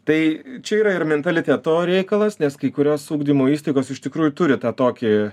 tai čia yra ir mentaliteto reikalas nes kai kurios ugdymo įstaigos iš tikrųjų turi tą tokį